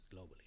globally